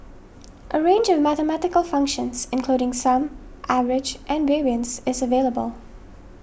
a range of mathematical functions including sum average and variance is available